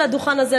על הדוכן הזה,